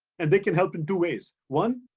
and they can help in two ways. one,